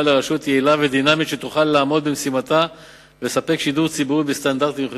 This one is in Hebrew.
וזאת "כל עוד נוקטים העובדים עיצומים".